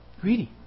greedy